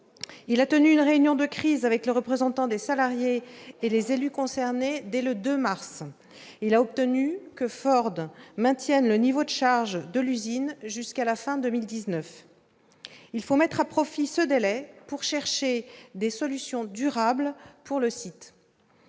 il a tenu une réunion de crise avec les représentants des salariés et les élus concernés dès le 2 mars dernier. Il a obtenu que Ford maintienne le niveau des charges de l'usine jusqu'à la fin de 2019. Il faut mettre à profit ce délai pour chercher des solutions durables pour le site.